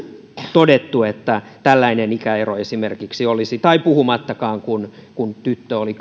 todettu että tällainen ikäero esimerkiksi olisi tällainen puhumattakaan siitä kun tyttö oli